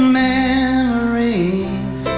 memories